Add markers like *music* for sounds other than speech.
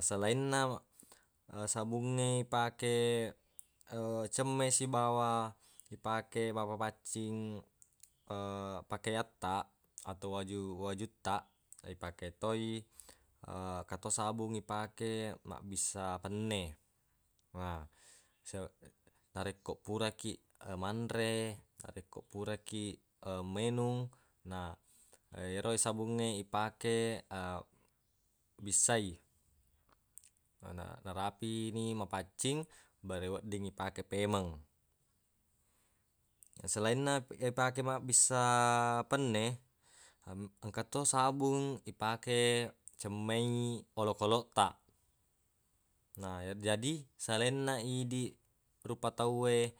Selainna *hesitation* sabungnge ipake *hesitation* cemme sibawa ipake mappapaccing *hesitation* pakeattaq atau waju-wajuttaq ipake toi *hesitation* engka to sabung ipake mabbissa penne na se- narekko pura kiq manre narekko pura kiq *hesitation* menung na ero sabungnge ipake *hesitation* bissai na- narapini mapaccing bareq wedding ipake pemeng na selainna ipake mabbissa penne engka to sabung ipake cemmei olokoloq taq na ya- jadi selainna idiq rupa tauwe